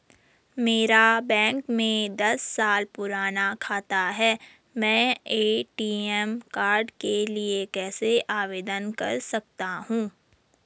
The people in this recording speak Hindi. मेरा बैंक में दस साल पुराना खाता है मैं ए.टी.एम कार्ड के लिए कैसे आवेदन कर सकता हूँ?